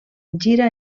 gira